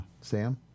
Sam